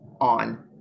on